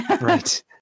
Right